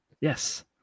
Yes